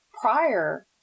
prior